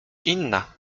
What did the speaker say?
inna